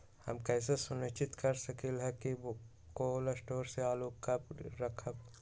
हम कैसे सुनिश्चित कर सकली ह कि कोल शटोर से आलू कब रखब?